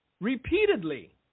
repeatedly